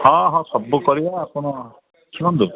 ହଁ ହଁ ସବୁ କରିବା ଆପଣ ଶୁଣନ୍ତୁ